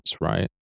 right